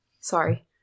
Sorry